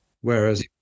whereas